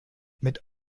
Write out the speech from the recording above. mit